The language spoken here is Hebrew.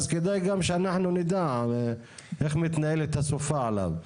אז כדאי גם שאנחנו נדע איך מתנהלת הסופה עליו.